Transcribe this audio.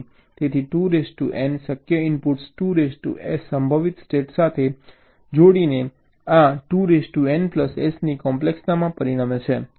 તેથી 2N શક્ય inputs 2S સંભવિત સ્ટેટ સાથે જોડીને આ 2NS ની કોમ્પ્લેક્સતામાં પરિણમે છે